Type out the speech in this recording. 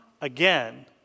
again